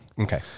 Okay